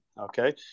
Okay